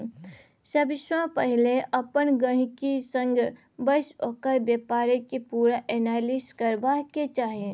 सबसँ पहिले अपन गहिंकी संग बैसि ओकर बेपारक पुरा एनालिसिस करबाक चाही